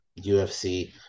UFC